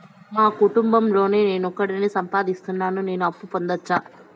మా కుటుంబం లో నేను ఒకడినే సంపాదిస్తున్నా నేను అప్పు పొందొచ్చా